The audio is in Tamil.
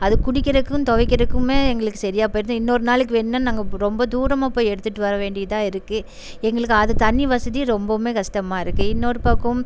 அது குடிக்கிறதுக்கும் துவைக்கிறதுக்குமே எங்களுக்கு சரியாக போயிடுது இன்னொரு நாளைக்கு வேணும்ன்னால் நாங்கள் ரொம்ப தூரமாக போய் எடுத்துகிட்டு வர வேண்டியதாக இருக்குது எங்களுக்கு அது தண்ணி வசதி ரொம்பவுமே கஷ்டமா இருக்குது இன்னொரு பக்கம்